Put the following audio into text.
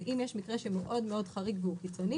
כך שאם יש מקרה שמאוד מאוד חריג והוא קיצוני